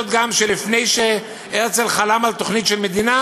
גם לפני שהרצל חלם על תוכנית של מדינה